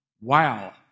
wow